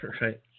Right